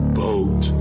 boat